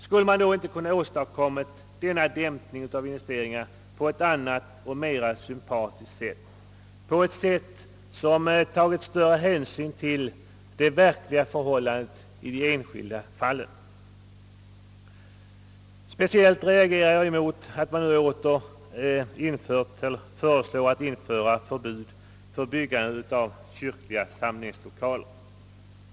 Skulle man då inte ha kunnat åstadkomma denna dämpning av investeringarna på ett annat och mera sympatiskt sätt, på ett sätt som tagit större hänsyn till de verkliga förhållandena i de enskilda fallen? Speciellt reagerar jag emot att man föreslår införande av förbud för byggande av kyrkliga samlingslokaler.